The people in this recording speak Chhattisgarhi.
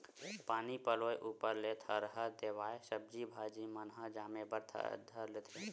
पानी पलोय ऊपर ले थरहा देवाय सब्जी भाजी मन ह जामे बर धर लेथे